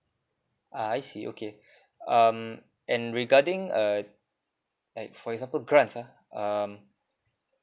ah I see okay um and regarding uh like for example grant ah um